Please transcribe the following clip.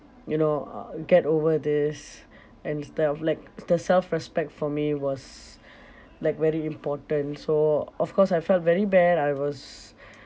you know uh get over this and instead of like the self respect for me was like very important so of course I felt very bad I was